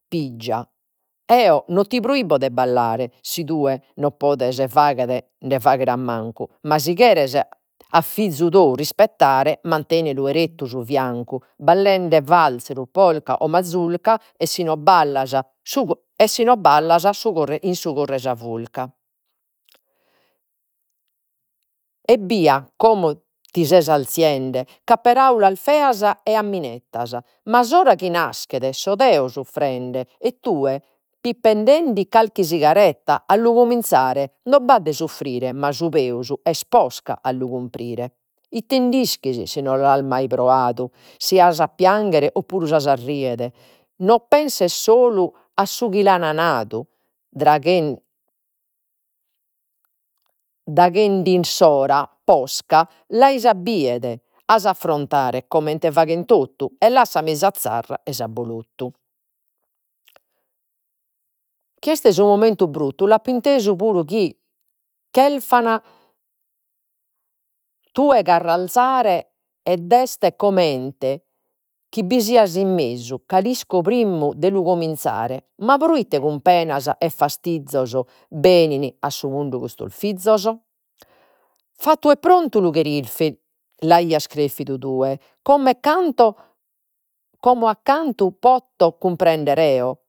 Eo no ti proibo de ballare, si tue non podes faghere, nde fagher a mancu, ma si cheres a fizu tou rispettare muntenelu 'erettu su fiancu ballende valzaru, polka o masurca, e si non ballas su e si no ballas su in su corru 'e sa furca. 'Ebbia, como ti che ses arzende, ca paraulas feas e a minettas ma a s'ora chi naschet so deo suffrende e tue pippendedi calchi sigaretta a lu cominzare, no b'at de suffrire. Ma su peus est posca a lu cumprire. Itte nd'ischis si no l'as mai proadu, si as'a pianghere oppuru as'a riere, no, penses solu a su chi l'an nadu daghi 'enit s'ora posca l'as a biere, as'a affrontare comente faghen tottu e lassami sa zarra ei s'abbolottu. Chi est su momentu bruttu lu apo intesu puru chi tue carralzare ed est comente chi bi siat in mesu ca l'isco primmu de lu cominzare ma proite cun penas e fastizos benin a su mundu custos fizos. Fattu e prontu l'aias chelfidu tue, como e como a cantu poto cumprendere 'eo